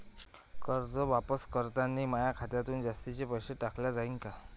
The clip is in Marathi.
कर्ज वापस करतांनी माया खात्यातून जास्तीचे पैसे काटल्या जाईन का?